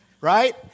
right